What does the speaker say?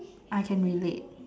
I can relate